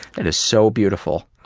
and is so beautiful.